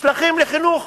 נשלחים לחינוך